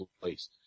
place